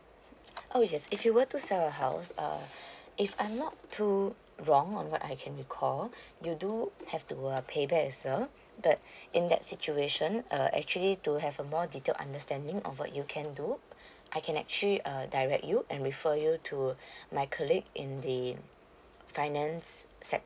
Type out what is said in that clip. oh yes if you were to sell a house um if I'm not too wrong on what I can recall you do have to uh pay back as well that in that situation uh actually to have a more detail understanding over you can do I can actually direct you and refer you to my colleague in the finance